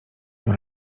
się